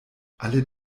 alle